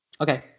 Okay